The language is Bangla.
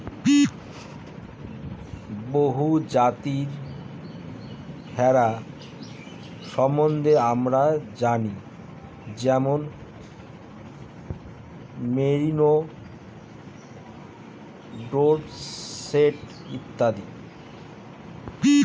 বহু প্রজাতির ভেড়া সম্বন্ধে আমরা জানি যেমন মেরিনো, ডোরসেট ইত্যাদি